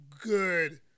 good